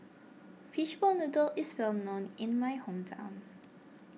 Fishball Noodle is well known in my hometown